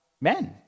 men